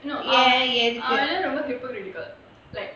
no ஏன் எதுக்கு அவன்லாம் வந்து ரொம்ப:yaen edhukku avanlaam vandhu romba hypothetical like